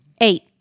eight